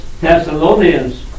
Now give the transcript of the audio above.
Thessalonians